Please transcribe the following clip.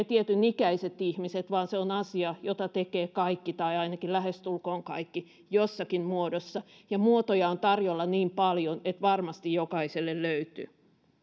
tietyn ikäiset ihmiset vaan se on asia jota tekevät kaikki tai ainakin lähestulkoon kaikki jossakin muodossa ja muotoja on tarjolla niin paljon että varmasti jokaiselle löytyy